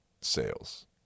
sales